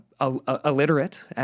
illiterate